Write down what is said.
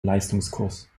leistungskurs